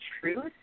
truth